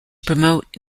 promote